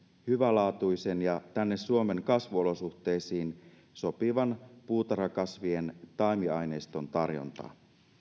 hyvälaatuisen ja tänne suomen kasvuolosuhteisiin sopivan puutarhakasvien taimiaineiston tarjontaa